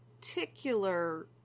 particular